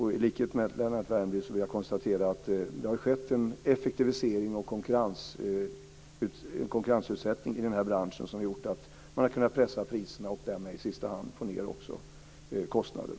I likhet med Lennart Värmby kan jag konstatera att det har skett en effektivisering och konkurrensutsättning i den här branschen som har gjort att man har kunnat pressa priserna och därmed i sista hand kunnat få ned kostnaderna.